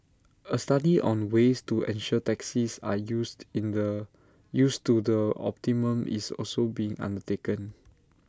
A study on ways to ensure taxis are used in the used to the optimum is also being undertaken